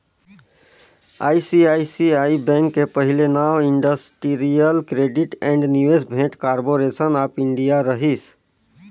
ICICI bank के पहिले नांव Industrial Credit and Investment Corporation of India रहिस